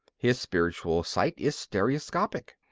his spiritual sight is stereoscopic,